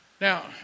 Now